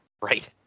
Right